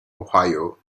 ohio